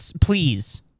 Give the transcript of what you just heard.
please